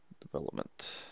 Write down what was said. Development